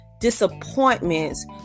disappointments